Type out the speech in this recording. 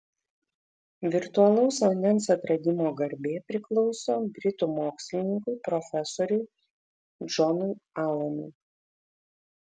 virtualaus vandens atradimo garbė priklauso britų mokslininkui profesoriui džonui alanui